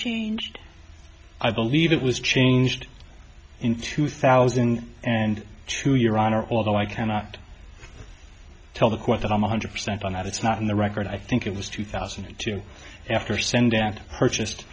changed i believe it was changed in two thousand and two your honor although i cannot tell the quote that i'm one hundred percent on that it's not in the record i think it was two thousand and two after sendak purchased